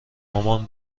مامان